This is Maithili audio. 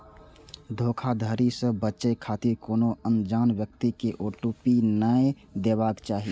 धोखाधड़ी सं बचै खातिर कोनो अनजान व्यक्ति कें ओ.टी.पी नै देबाक चाही